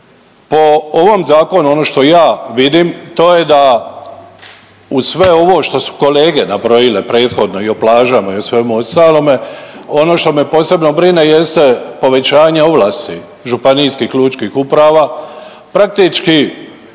po ovom zakonu ono što ja vidim to je da uz sve ovo što su kolege nabrojile prethodno i o plažama i o svemu ostalome, ono što me posebno brine jeste povećanje ovlasti županijskih lučkih uprava. Praktički